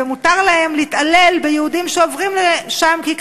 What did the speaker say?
ושמותר להם להתעלל ביהודים שעוברים שם כי,